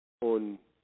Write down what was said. Und